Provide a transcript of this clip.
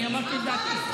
אני אמרתי את דעתי.